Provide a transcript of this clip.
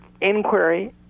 inquiry